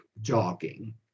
jogging